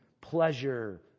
pleasure